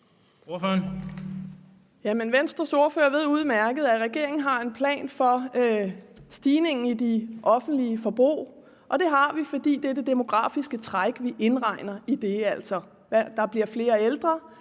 Venstres ordfører ved udmærket, at regeringen har en plan for stigningen i det offentlige forbrug. Og det har vi, fordi vi indregner det demografiske pres. Der bliver altså flere ældre,